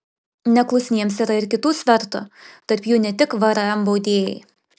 neklusniems yra ir kitų svertų tarp jų ne tik vrm baudėjai